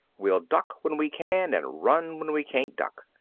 we'll duck when we can and run when we can't duck.